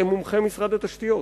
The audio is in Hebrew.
הם מומחי משרד התשתיות.